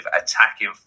attacking